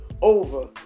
over